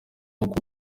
uko